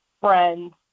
friends